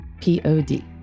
P-O-D